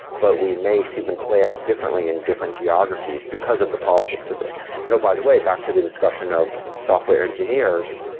but we may see them play out differently in different geographies because of the politics of this and by the way, back to the discussion of software engineers,